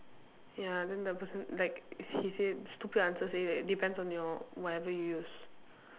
ya then the person that he say stupid answer say that depends on your whatever you use